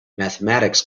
mathematics